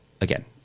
Again